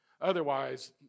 Otherwise